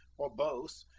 or both,